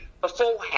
beforehand